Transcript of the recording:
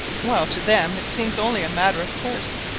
while to them it seems only a matter of course.